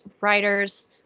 writers